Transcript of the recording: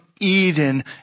Eden